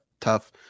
tough